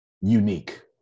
unique